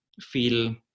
feel